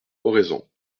oraison